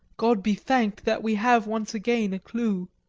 god be thanked that we have once again a clue,